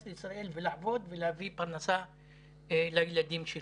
לישראל ולעבוד ולהביא פרנסה לילדים שלו.